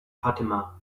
fatima